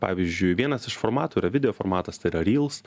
pavyzdžiui vienas iš formatų yra video formatas tai yra ryls